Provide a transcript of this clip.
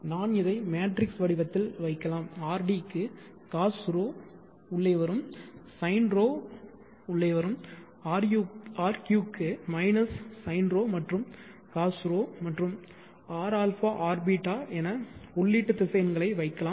நான் இதை மேட்ரிக்ஸ் வடிவத்தில் வைக்கலாம் rd க்கு cos ρ உள்ளே வரும் sin ρ உள்ளே வரும் rq க்கு sinρ மற்றும் cosρ மற்றும் rα rβ என உள்ளீட்டு திசை எண்களை வைக்கலாம்